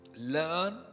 learn